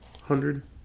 hundred